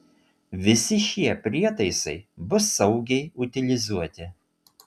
visi šie prietaisai bus saugiai utilizuoti